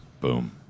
Boom